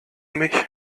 mich